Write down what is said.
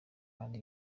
ari